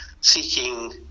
seeking